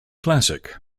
classic